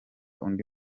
undi